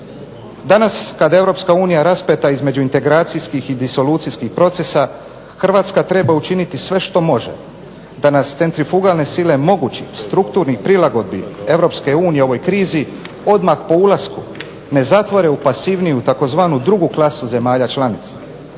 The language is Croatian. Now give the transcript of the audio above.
unija raspeta između integracijskih i disolucijskih procesa Hrvatska treba učiniti sve što može da nas centrifugalne sile mogućih strukturnih prilagodbi Europske unije u ovoj krizi odmah po ulasku ne zatvore u pasivniju tzv. drugu klasu zemalja članica.